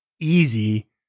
easy